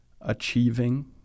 achieving